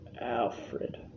Alfred